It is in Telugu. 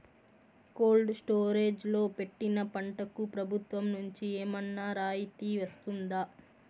కోల్డ్ స్టోరేజ్ లో పెట్టిన పంటకు ప్రభుత్వం నుంచి ఏమన్నా రాయితీ వస్తుందా?